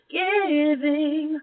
giving